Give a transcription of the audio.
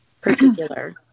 particular